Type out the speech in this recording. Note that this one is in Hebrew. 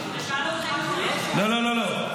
אתה מדבר על זה --- לא, לא, לא.